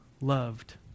loved